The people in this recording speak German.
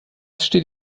steht